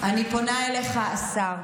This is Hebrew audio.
אני פונה אליך, השר,